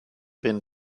been